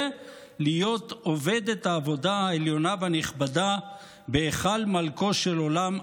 להיות עובד את העבודה העליונה והנכבדה בהיכל מלכו של עולם,